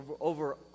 over